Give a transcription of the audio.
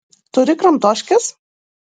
turi kramtoškės